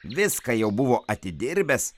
viską jau buvo atidirbęs